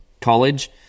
college